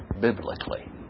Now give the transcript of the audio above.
biblically